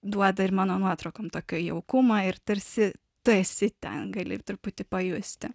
duoda ir mano nuotraukom tokio jaukumo ir tarsi tu esi ten gali truputį pajusti